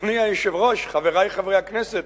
אדוני היושב-ראש, חברי חברי הכנסת,